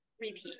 repeat